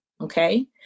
Okay